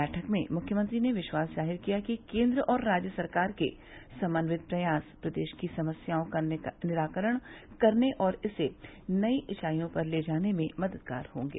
वैठक में मुख्यमंत्री ने विश्वास जाहिर किया कि केन्द्र और राज्य सरकार के समन्वित प्रयास प्रदेश की समस्याओं का निराकरण करने और इसे नई ऊँचाईयों पर ले जाने में मददगार होंगे